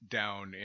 down